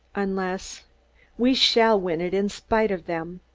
unless we shall win it, in spite of them.